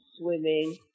swimming